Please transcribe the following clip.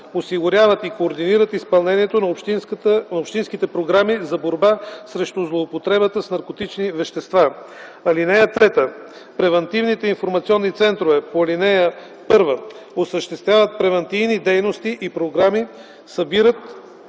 осигуряват и координират изпълнението на общинските програми за борба срещу злоупотребата с наркотични вещества. (3) Превантивните информационни центрове по ал. 1 осъществяват превантивни дейности и програми, събират,